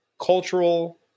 Cultural